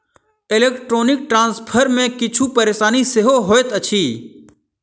electronic transfer मे किछु परेशानी सेहो होइत अछि